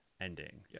ending